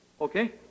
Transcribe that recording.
Okay